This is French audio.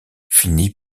finit